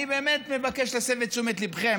אני באמת מבקש להסב את תשומת ליבכם